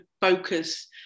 focus